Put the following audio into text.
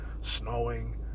snowing